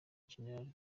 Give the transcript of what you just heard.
jenerali